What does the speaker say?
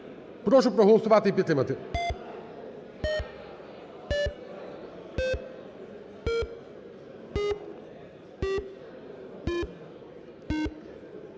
Прошу проголосувати і підтримати.